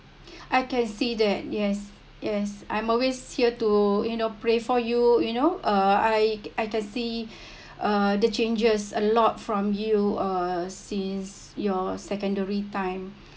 I can see that yes yes I'm always here to you know pray for you you know uh I I can see uh the changes a lot from you uh since your secondary time